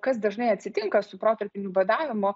kas dažnai atsitinka su protarpiniu badavimu